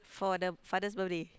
for the father's birthday